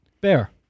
Bear